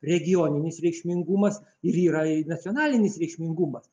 regioninis reikšmingumas ir yra nacionalinis reikšmingumas